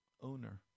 owner